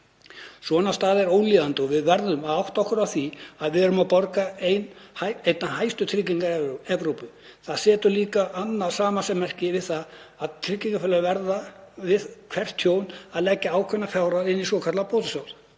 Svona staða er ólíðandi og við verðum að átta okkur á því að við erum að borga einna hæstu tryggingar í Evrópu. Það setur líka annað samasemmerki við það að tryggingafélögin verða við hvert tjón að leggja ákveðna fjárhæð inn í svokallaðan bótasjóð,